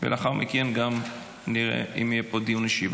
לאחר מכן, נראה אם יהיה פה דיון אישי.